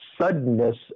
suddenness